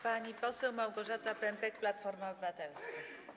Pani poseł Małgorzata Pępek, Platforma Obywatelska.